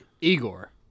Igor